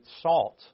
salt